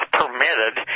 permitted